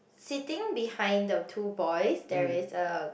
sitting behind the two boys there is a